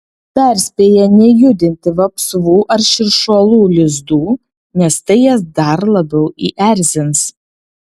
perspėja nejudinti vapsvų ar širšuolų lizdų nes tai jas dar labiau įerzins